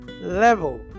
level